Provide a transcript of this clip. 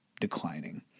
declining